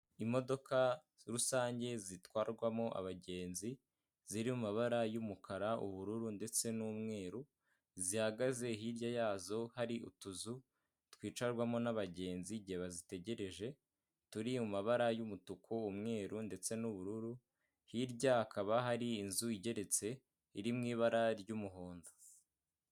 Imodoka rusange zitwarwamo abagenzi, ziri mu mabara y'umukara, ubururu ndetse n'umweru, zihagaze hirya yazo hari utuzu twicarwamo n'abagenzi igihe bazitegereje, turi mu mabara y'umutuku, umweru ndetse n'ubururu, hirya hakaba hari inzu igeretse iri mu ibara ry'umuhondo.